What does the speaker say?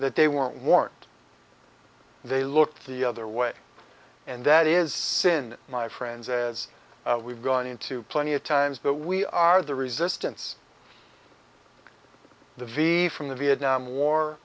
that they weren't warned they looked the other way and that is sin my friends as we've gone into plenty of times but we are the resistance the v from the vietnam war